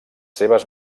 seves